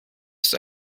ist